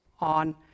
on